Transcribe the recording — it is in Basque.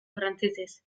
frantsesez